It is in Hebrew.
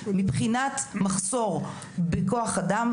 מבחינת מחסור בכוח אדם,